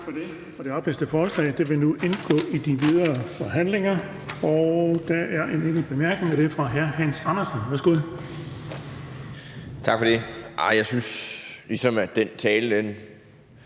Tak for det.